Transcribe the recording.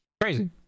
Crazy